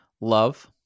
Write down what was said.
Love